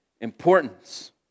importance